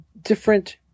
different